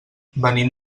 venim